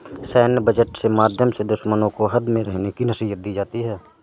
सैन्य बजट के माध्यम से दुश्मनों को हद में रहने की नसीहत दी जाती है